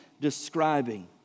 describing